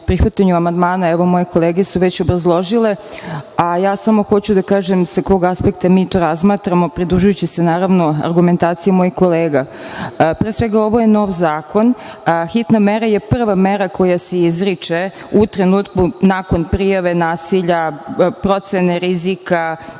prihvatanju amandmana. Evo, moje kolege su već obrazložile, a ja samo hoću da kažem sa kog aspekta mi to razmatramo, pridružujući se argumentaciji mojih kolega. Pre svega, ovo je nov zakon. Hitna mera je prva mera koja se izriče u trenutku nakon prijave nasilja, procene rizika